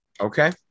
Okay